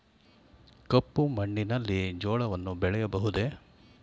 ಕಪ್ಪು ಮಣ್ಣಿನಲ್ಲಿ ಜೋಳವನ್ನು ಬೆಳೆಯಬಹುದೇ?